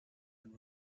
and